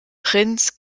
prinz